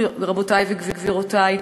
רבותי וגבירותי,